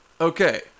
okay